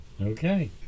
Okay